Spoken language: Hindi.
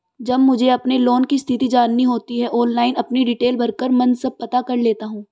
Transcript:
जब मुझे अपने लोन की स्थिति जाननी होती है ऑनलाइन अपनी डिटेल भरकर मन सब पता कर लेता हूँ